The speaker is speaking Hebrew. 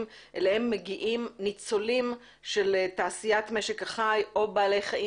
אליהם מגיעים ניצולים של תעשיית משק החי או בעלי חיים